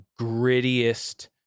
grittiest